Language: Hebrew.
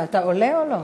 רגע, אתה עולה או לא?